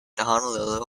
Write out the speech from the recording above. honolulu